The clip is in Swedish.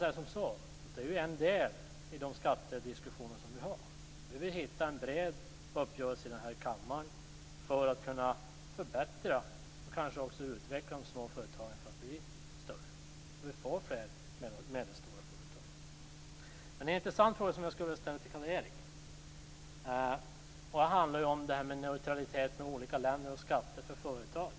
Det här är ju en del av de skattediskussioner som vi har. Vi vill hitta fram till en bred uppgörelse här i kammaren för att kunna förbättra, och kanske också utveckla, de små företagen så att de blir större; detta för att få fler medelstora företag. En intressant fråga som jag skulle vilja ställa till Carl Erik handlar om det här med neutralitet mellan olika länder och skatter för företagen.